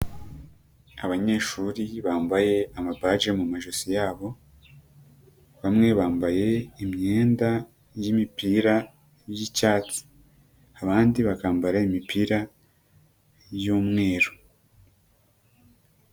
Abanyeshuri bambaye amabaje mu majosi yabo bamwe bambaye imyenda y'imipira y'icyatsi abandi bakambara imipira y'umweru.